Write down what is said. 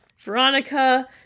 Veronica